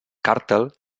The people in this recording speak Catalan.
càrtel